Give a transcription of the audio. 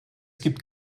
gibt